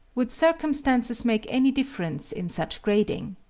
would circumstances make any difference in such grading?